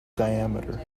diameter